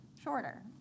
shorter